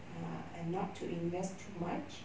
uh and not to invest too much